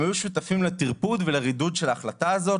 הם היו שותפים לטרפוד ולרידוד של ההחלטה הזאת,